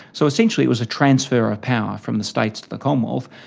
so essentially it was a transfer of power from the states to the commonwealth.